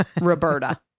roberta